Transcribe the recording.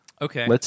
Okay